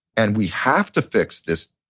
and we have to fix this.